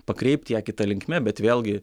pakreipti ją kita linkme bet vėlgi